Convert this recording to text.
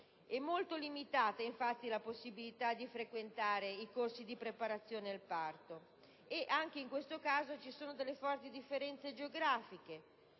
È molto limitata infatti la possibilità di frequentare i corsi di preparazione al parto e, anche in questo caso, vi sono forti differenze geografiche: